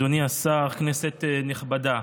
אדוני השר, כנסת נכבדה,